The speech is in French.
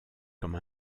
comme